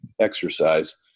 exercise